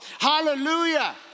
Hallelujah